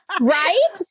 Right